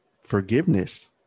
Forgiveness